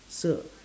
so